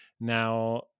now